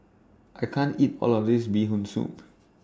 I can't eat All of This Bee Hoon Soup